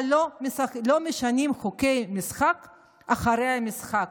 אבל לא משנים חוקי משחק אחרי המשחק.